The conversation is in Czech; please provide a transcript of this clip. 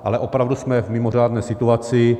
Ale opravdu jsme v mimořádné situaci.